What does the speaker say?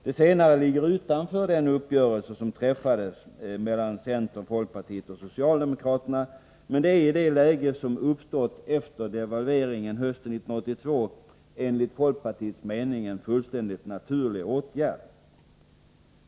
Det senare ligger utanför den uppgörelse som träffades mellan centern, folkpartiet och socialdemokraterna, men det är i det läge som uppstått efter devalveringen hösten 1982 enligt folkpartiets mening en fullständigt naturlig åtgärd.